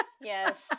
yes